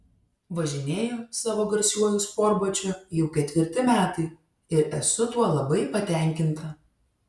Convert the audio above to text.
važinėju savo garsiuoju sportbačiu jau ketvirti metai ir esu tuo labai patenkinta